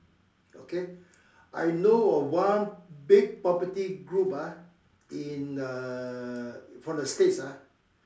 okay I know of one big property group ah in uh from the States ah